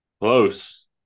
Close